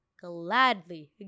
gladly